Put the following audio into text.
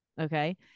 okay